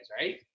right